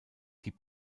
die